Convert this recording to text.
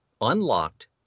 unlocked